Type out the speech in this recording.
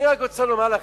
אני רק רוצה לומר לכם,